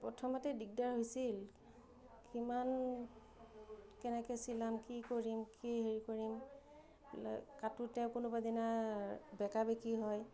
প্ৰথমতে দিগদাৰ হৈছিল কিমান কেনেকৈ চিলাম কি কৰিম কি হেৰি কৰিম কাটোতে কোনোবাদিনা বেঁকা বেকি হয়